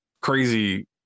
crazy